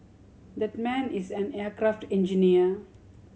that man is an aircraft engineer